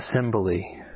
assembly